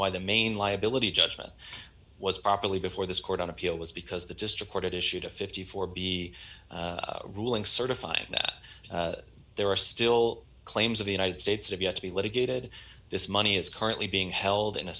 why the main liability judgment was properly before this court on appeal was because the district court it issued a fifty four b ruling certifying that there are still claims of the united states have yet to be litigated this money is currently being held in a